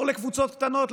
לעבור לקבוצות קטנות,